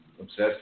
obsessed